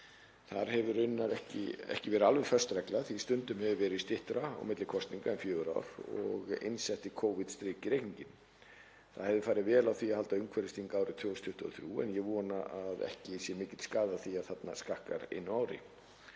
Þar hefur raunar ekki verið alveg föst regla því stundum hefur verið styttra á milli kosninga en fjögur ár og eins setti Covid strik í reikninginn. Það hefði farið vel á því að halda umhverfisþing árið 2023, en ég vona að ekki sé mikill skaði af því að þarna skakkar einu ári.